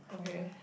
okay